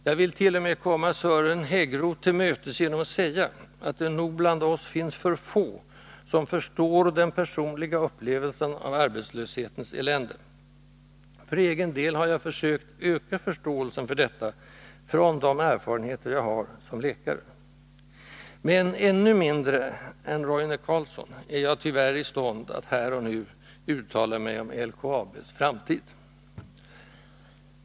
Jag vill t.o.m. komma Sören Häggroth till mötes genom att säga att det nog bland oss finns för få som förstår den personliga upplevelsen av arbetslöshetens elände. För egen del har jag försökt öka förståelsen för detta, från de erfarenheter jag har som läkare. Men ännu mindre än Roine Carlsson är jag tyvärr i stånd att här och nu uttala mig om LKAB:s framtid.